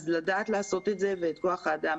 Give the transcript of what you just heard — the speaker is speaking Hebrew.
לדעת לעשות את זה ואת כוח האדם,